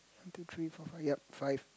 one two three four five yup five